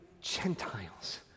Gentiles